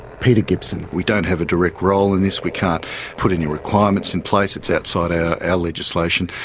peter gibson we don't have a direct role in this. we can't put any requirements in place it's outside our ah legislation.